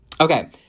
Okay